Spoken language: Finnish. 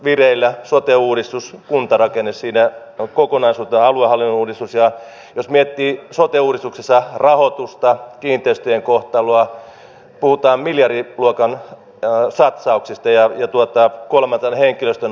kielitaitoinen hyvin koulutettu suomalainen hoitaja on kovaa valuuttaa tuolla maailmalla hän lähtee norjaan tai hän lähtee ruotsiin tai eurooppaan tekemään sitä työtä